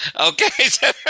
Okay